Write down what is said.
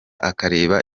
akareba